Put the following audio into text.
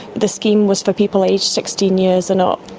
the scheme was for people aged sixteen years and up.